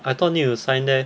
I thought need to sign there